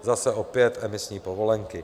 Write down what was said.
Zase opět emisní povolenky.